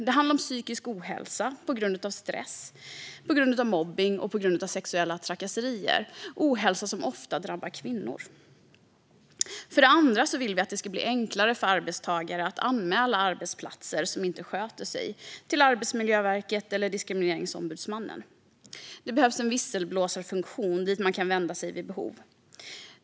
Det handlar om psykisk ohälsa på grund av stress, på grund av mobbning och på grund av sexuella trakasserier. Det är ohälsa som ofta drabbar kvinnor. För det andra vill vi att det ska bli enklare för arbetstagare att anmäla arbetsplatser som inte sköter sig till Arbetsmiljöverket eller till Diskrimineringsombudsmannen. Det behövs en visselblåsarfunktion dit man kan vända sig vid behov.